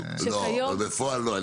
לא, בפועל לא.